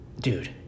Dude